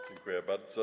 Dziękuję bardzo.